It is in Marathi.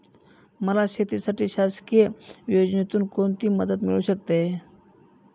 मला शेतीसाठी शासकीय योजनेतून कोणतीमदत मिळू शकते?